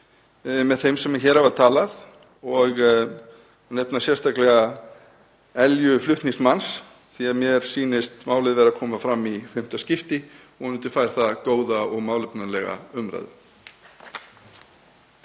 með þeim sem hér hafa talað og nefna sérstaklega elju flutningsmanns því að mér sýnist málið vera að koma fram í fimmta skipti. Vonandi fær það góða og málefnalega umræðu.